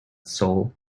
soul